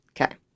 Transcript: Okay